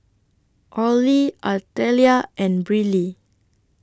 Orley Artelia and Briley